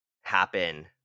happen